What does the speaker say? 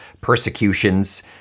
persecutions